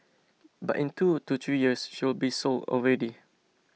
but in two to three years she will be so old already